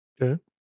Okay